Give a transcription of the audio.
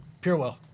Purewell